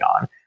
on